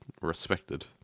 respected